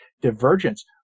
divergence